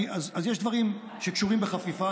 אז יש דברים שקשורים בחפיפה,